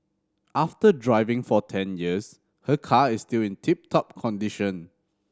after driving for ten years her car is still in tip top condition